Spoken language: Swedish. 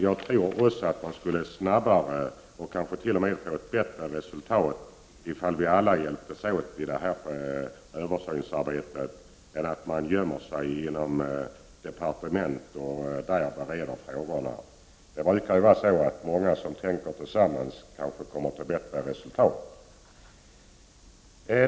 Jag tror också att man skulle nå ett snabbare och kanske t.o.m. bättre resultat i fall vi hjälptes åt i översynsarbetet än när man gömmer sig inom departementet och bereder frågorna där. Det brukar ju vara så att många som tänker tillsammans kommer till bättre resultat.